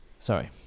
sorry